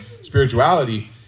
spirituality